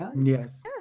Yes